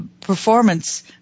performance